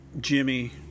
Jimmy